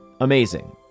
Amazing